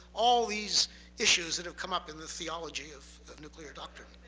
all these issues that have come up in the theology of the nuclear doctrine.